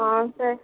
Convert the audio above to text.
ହଁ ସେ